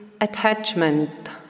attachment